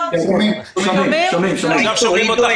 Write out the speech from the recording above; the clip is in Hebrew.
שאלה.